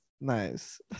Nice